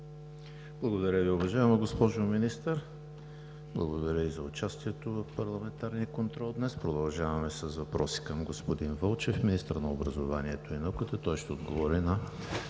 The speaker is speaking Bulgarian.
Благодаря Ви, уважаема госпожо Министър. Благодаря и за участието в парламентарния контрол днес. Продължаваме с въпроси към господин Вълчев – министър на образованието и науката. Той ще отговори на